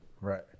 Right